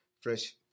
fresh